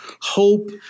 hope